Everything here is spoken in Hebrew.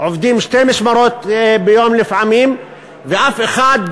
לפעמים שתי משמרות ביום ולאף אחד,